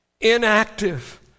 Inactive